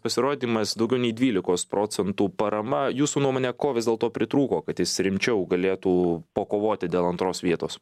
pasirodymas daugiau nei dvylikos procentų parama jūsų nuomone ko vis dėlto pritrūko kad jis rimčiau galėtų pakovoti dėl antros vietos